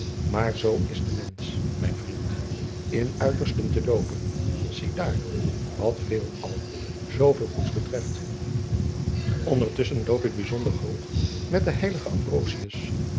maar zoo is de mensch mijn vriend in uitersten te loopen zie daar wat veelal zooveel goeds bederft ondertusschen loop ik bijzonder hoog met den